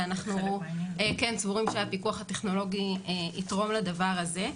ואנחנו כן סבורים שהפיקוח הטכנולוגי יתרום לדבר הזה.